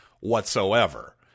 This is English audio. whatsoever